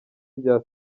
rya